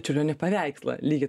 čiurlionio paveikslą lygiai